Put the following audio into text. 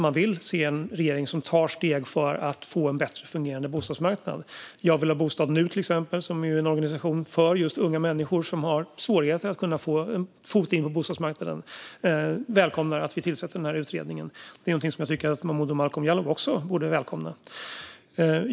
Man vill se en regering som tar steg för en bättre fungerande bostadsmarknad. Till exempel välkomnar Jagvillhabostad.nu, en organisation för just unga människor som har svårt att få in en fot på bostadsmarknaden, att vi tillsätter utredningen. Det tycker jag att också Momodou Malcolm Jallow borde göra.